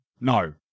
no